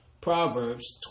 Proverbs